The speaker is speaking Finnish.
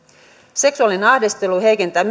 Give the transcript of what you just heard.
seksuaalinen ahdistelu heikentää